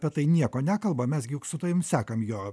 apie tai nieko nekalba mes gi su tavim sekam jo